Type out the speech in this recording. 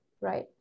right